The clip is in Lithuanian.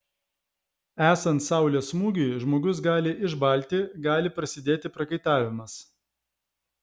esant saulės smūgiui žmogus gali išbalti gali prasidėti prakaitavimas